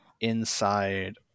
inside